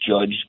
judge